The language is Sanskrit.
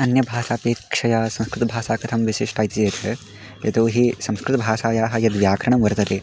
अन्य भाषापेक्षया संस्कृतभाषा कथं विशिष्टा इति चेत् यतो हि संस्कृतभाषायाः यद् व्याकरणं वर्तते